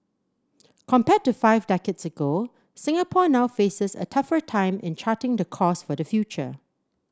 compared to five decades ago Singapore now faces a tougher time in charting the course for the future